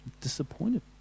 Disappointed